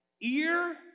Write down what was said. ear